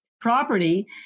property